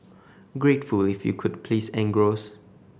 gratefully if you could please engross